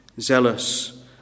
zealous